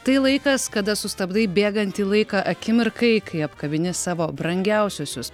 tai laikas kada sustabdai bėgantį laiką akimirkai kai apkabini savo brangiausiuosius